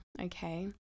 Okay